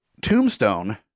Tombstone